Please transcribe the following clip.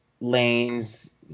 Lane's